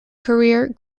career